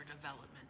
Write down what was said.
development